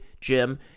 Jim